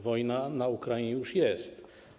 Wojna na Ukrainie już jest.